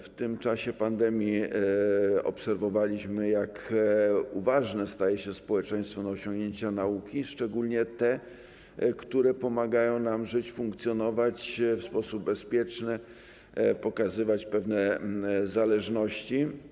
W czasie pandemii obserwowaliśmy, jak uważne staje się społeczeństwo, jeśli chodzi o osiągnięcia nauki, szczególnie te, które pomagają nam żyć, funkcjonować w sposób bezpieczny, pokazywać pewne zależności.